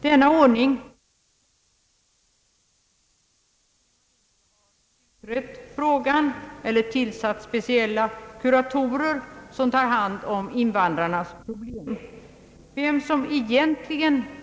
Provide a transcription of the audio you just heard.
Denna ordning kommer av allt att döma att bestå så länge man inte bättre har utrett anpassningsfrågan eller tillsatt speciella kuratorer som tar hand om invandrarnas problem.